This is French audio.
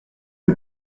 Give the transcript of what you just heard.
est